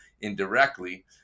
indirectly